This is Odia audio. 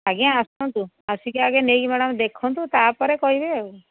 ଆଜ୍ଞା ଆସନ୍ତୁ ଆସିକି ଆଜ୍ଞା ନେଇକି ମ୍ୟାଡ଼ାମ୍ ଦେଖନ୍ତୁ ତା'ପରେ କହିବେ ଆଉ